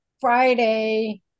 Friday